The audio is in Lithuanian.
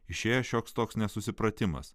išėję šioks toks nesusipratimas